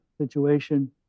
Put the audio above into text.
situation